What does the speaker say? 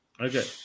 Okay